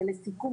לסיכום,